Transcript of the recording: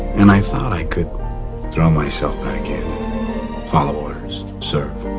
and i thought i could throw myself back in follow orders serve,